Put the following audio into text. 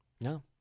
No